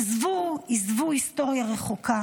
"עזבו היסטוריה רחוקה,